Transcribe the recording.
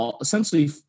essentially